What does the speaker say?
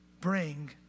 bring